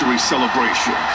Celebration